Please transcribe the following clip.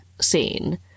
scene